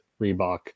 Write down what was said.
Reebok